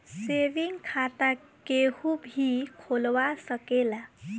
saving खाता केहू भी खोलवा सकेला